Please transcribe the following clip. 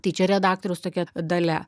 tai čia redaktoriaus tokia dalia